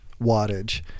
wattage